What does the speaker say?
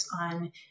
on